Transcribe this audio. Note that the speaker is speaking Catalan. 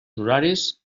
horaris